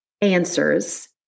answers